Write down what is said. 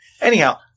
anyhow